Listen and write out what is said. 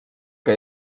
que